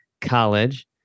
college